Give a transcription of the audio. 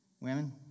Women